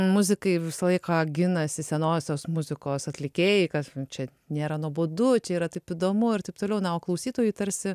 muzikai visą laiką ginasi senosios muzikos atlikėjai kas čia nėra nuobodu čia yra taip įdomu ir taip toliau na o klausytojui tarsi